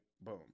Boom